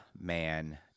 man